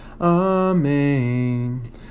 Amen